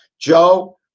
Joe